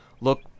look